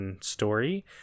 story